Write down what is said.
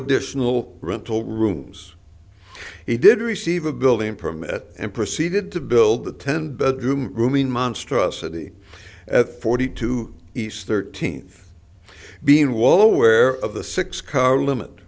additional rental rooms he did receive a building permit and proceeded to build the ten bedroom grooming monstrosity at forty two east thirteen being wall aware of the six car limit